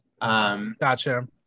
Gotcha